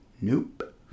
Nope